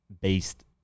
based